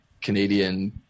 Canadian